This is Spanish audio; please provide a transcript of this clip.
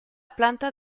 planta